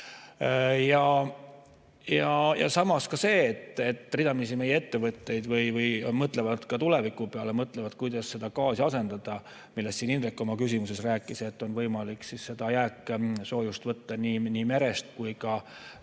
Samas, ridamisi meie ettevõtted mõtlevad ka tuleviku peale, mõtlevad, kuidas seda gaasi asendada. Sellest siin Indrek oma küsimuses rääkis, et on võimalik seda jääksoojust võtta nii merest kui ka